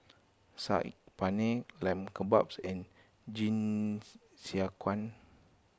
Saag Paneer Lamb Kebabs and Jingisukan